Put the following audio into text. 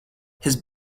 his